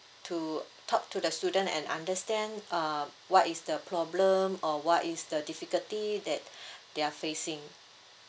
to talk to the student and understand uh what is the problem or what is the difficulty that they are facing